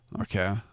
Okay